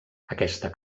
aquesta